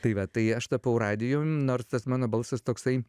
tai va tai aš tapau radijum nors tas mano balsas toksai